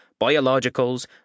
biologicals